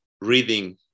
reading